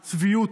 מעט הצביעות,